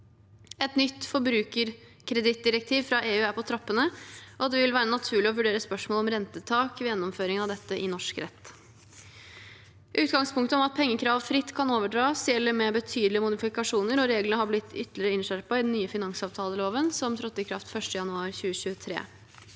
Et nytt forbrukerkredittdirektiv fra EU er på trappene, og det vil være naturlig å vurdere spørsmål om rentetak ved gjennomføring av dette i norsk rett. Utgangspunktet om at pengekrav fritt kan overdras gjelder med betydelige modifikasjoner, og reglene har blitt ytterligere innskjerpet i den nye finansavtaleloven, som trådte i kraft 1. januar 2023.